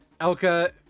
Elka